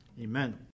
Amen